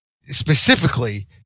specifically